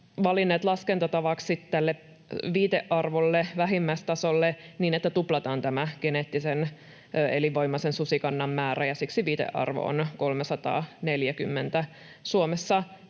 valinneet laskentatavaksi tälle viitearvolle, vähimmäistasolle, että tuplataan tämä geneettisen elinvoimaisen susikannan määrä, ja siksi viitearvo on 340. Suomessa